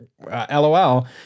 lol